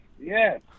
yes